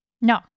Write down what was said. No